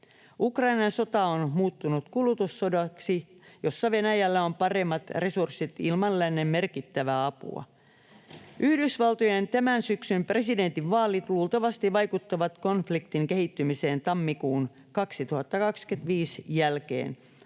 Ukrainan sota on muuttunut kulutussodaksi, jossa Venäjällä on paremmat resurssit ilman lännen merkittävää apua. Yhdysvaltojen tämän syksyn presidentinvaalit luultavasti vaikuttavat konfliktin kehittymiseen tammikuun 2025 jälkeen,